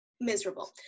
miserable